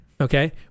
Okay